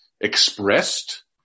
expressed